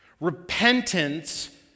Repentance